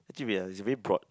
actually ya it's very broad